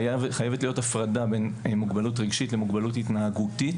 חייבת להיות הפרדה בין מוגבלות רגשית לבין מוגבלות התנהגותית,